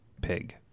pig